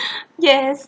yes